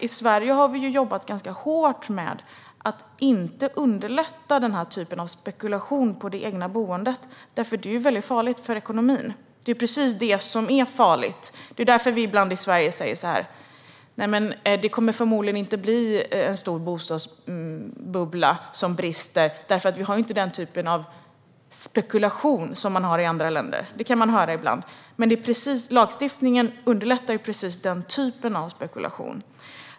I Sverige har vi jobbat ganska hårt med att inte underlätta den här typen av spekulation på det egna boendet. Det är precis det som är väldigt farligt för ekonomin. Vi säger ibland så här i Sverige: Nej, det kommer förmodligen inte att bli en bostadsbubbla som brister, för vi har inte den typen av spekulation som man har i andra länder. Sådant kan man höra ibland. Men lagstiftningen underlättar precis den typen av spekulation.